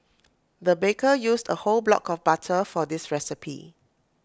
the baker used A whole block of butter for this recipe